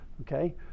okay